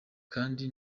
kandi